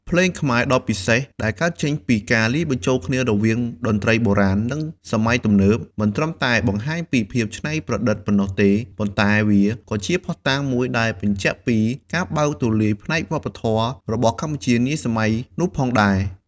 ភ្លេងខ្មែរ ដ៏ពិសេស ដែលកើតចេញពីការលាយបញ្ចូលគ្នារវាងតន្ត្រីបុរាណ និងសម័យទំនើប មិនត្រឹមតែបង្ហាញពីភាពច្នៃប្រឌិតប៉ុណ្ណោះទេ ប៉ុន្តែវាក៏ជាភស្តុតាងមួយដែលបញ្ជាក់ពី ការបើកទូលាយផ្នែកវប្បធម៌របស់កម្ពុជានាសម័យនោះផងដែរ។